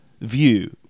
view